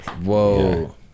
whoa